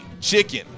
chicken